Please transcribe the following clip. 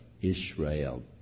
Israel